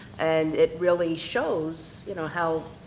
and it really shows you know how.